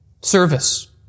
service